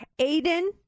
Aiden